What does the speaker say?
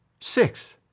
Six